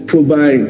provide